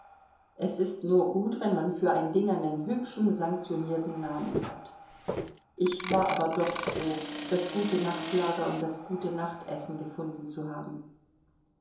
es ist nur gut wenn man für ein ding einen hübschen sanktionierten namen hat ich war aber doch froh das gute nachtlager und das gute nachtessen gefunden zu haben